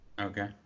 Okay